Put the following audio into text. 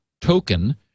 token